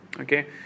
okay